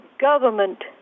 government